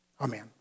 Amen